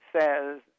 says